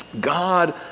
god